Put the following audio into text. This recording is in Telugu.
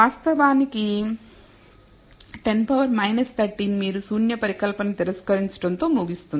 వాస్తవానికి 10 పవర్ 13 మీరు శూన్య పరికల్పనను తిరస్కరించడం తో ముగుస్తుంది